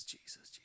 Jesus